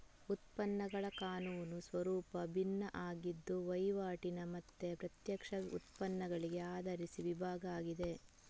ಉತ್ಪನ್ನಗಳ ಕಾನೂನು ಸ್ವರೂಪ ಭಿನ್ನ ಆಗಿದ್ದು ವೈವಾಟಿನ ಮತ್ತೆ ಪ್ರತ್ಯಕ್ಷ ಉತ್ಪನ್ನಗಳಿಗೆ ಆಧರಿಸಿ ವಿಭಾಗ ಆಗಿದೆ